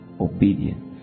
Obedience